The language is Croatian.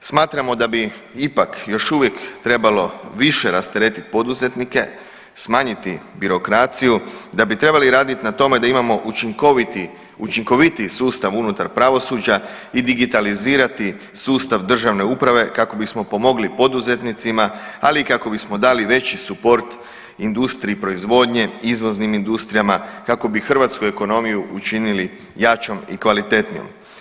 Smatramo da bi ipak još uvijek trebalo rasteretiti poduzetnike, smanjiti birokraciju, da bi trebali raditi na tome da imamo učinkovitiji sustav unutar pravosuđa i digitalizirati sustav državne uprave kako bismo pomogli poduzetnicima, ali i kako bismo dali veći suport industriji proizvodnje, izvoznim industrijama, kako bi hrvatsku ekonomiju učinili jačom i kvalitetnijom.